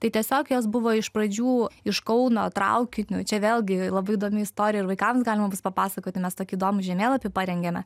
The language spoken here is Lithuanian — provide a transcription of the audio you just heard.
tai tiesiog jos buvo iš pradžių iš kauno traukiniu čia vėlgi labai įdomi istorija ir vaikams galima bus papasakoti mes tokį įdomų žemėlapį parengėme